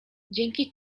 dzięki